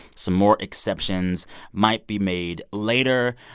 some more exceptions might be made later.